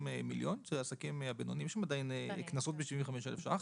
מיליון שאלה העסקים הבינוניים עם קנסות בסך 75 אלף שקלים.